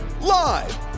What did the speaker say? Live